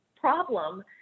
problem